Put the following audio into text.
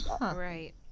right